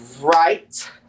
Right